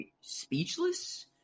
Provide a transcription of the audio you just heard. speechless